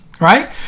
right